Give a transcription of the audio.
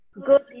Good